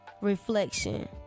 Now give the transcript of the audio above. reflection